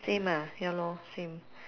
same ah ya lor same